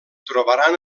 trobaran